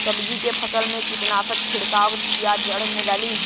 सब्जी के फसल मे कीटनाशक छिड़काई या जड़ मे डाली?